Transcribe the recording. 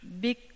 big